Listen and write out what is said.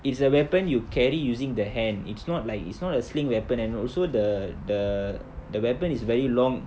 it's a weapon you carry using the hand it's not like it's not a sling weapon and also the the the weapon is very long